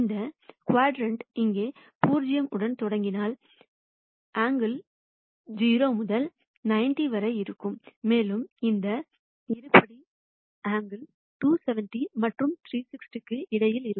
இந்த க்வாட்டரண்ட் இங்கே 0 உடன் தொடங்கினால் கோணம் 0 முதல் 90 வரை இருக்கும் மேலும் இந்த இருபடி ஆங்கில் 270 மற்றும் 360 க்கு இடையில் இருக்கும்